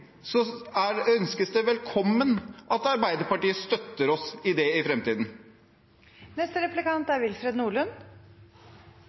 er det velkomment at Arbeiderpartiet støtter oss i det i